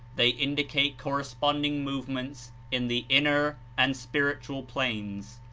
they indicate corresponding movements in the inner and spiritual planes.